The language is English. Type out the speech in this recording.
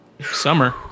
Summer